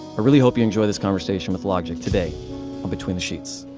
really hope you enjoy this conversation with logic today on between the sheets.